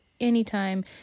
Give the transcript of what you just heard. anytime